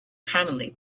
commonly